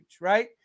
right